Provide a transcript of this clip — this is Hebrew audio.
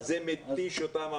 זה מתיש אותם.